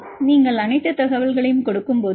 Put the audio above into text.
எனவே நீங்கள் அனைத்து தகவல்களையும் கொடுக்கும்போது